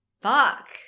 Fuck